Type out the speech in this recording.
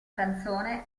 canzone